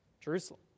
Jerusalem